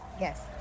Yes